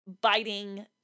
biting